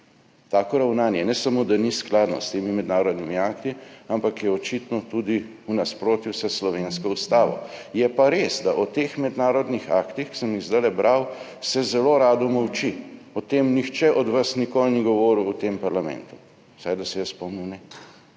Tako ravnanje ne samo da ni skladno s temi mednarodnimi akti, ampak je očitno tudi v nasprotju s slovensko ustavo. Je pa res, da o teh mednarodnih aktih, ki sem jih zdaj bral, se zelo rado molči, o tem nihče od vas nikoli ni govoril v tem parlamentu, vsaj ne, kar se jaz spomnim. Pa